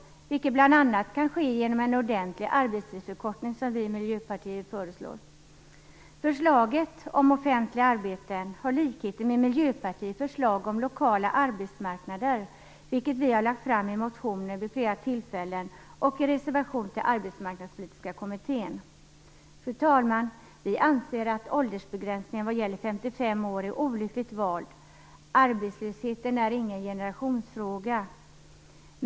Det kan bl.a. ske genom en ordentlig arbetstidsförkortning, något som vi i Förslaget om offentliga arbeten har likheter med Det har vi lagt fram i motioner vid flera tillfällen och i en reservation till arbetsmarknadspolitiska kommitténs betänkande. Fru talman! Vi anser att åldersgränsen 55 år är olyckligt vald. Arbetslösheten är ingen generationsfråga.